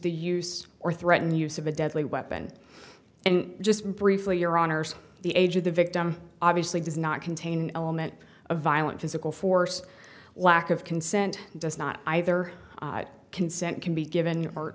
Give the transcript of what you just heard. the use or threaten use of a deadly weapon and just briefly your honour's the age of the victim obviously does not contain an element of violent physical force lack of consent does not either consent can be given